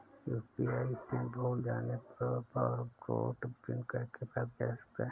UPI pin भूल जाने पर फ़ॉरगोट पिन करके प्राप्त किया जा सकता है